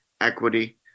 equity